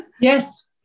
yes